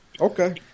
Okay